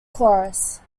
chorus